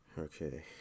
okay